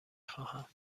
خواهم